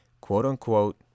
quote-unquote